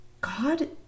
God